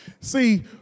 See